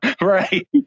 Right